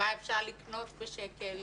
מה אפשר לקנות בשקל